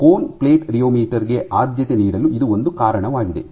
cone plate rheometer ಗೆ ಆದ್ಯತೆ ನೀಡಲು ಇದು ಒಂದು ಕಾರಣವಾಗಿದೆ